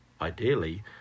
ideally